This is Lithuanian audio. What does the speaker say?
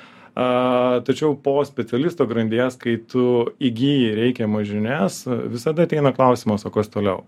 tačiau po specialisto grandies kai tu įgyji reikiamas žinias visada ateina klausimas o kas toliau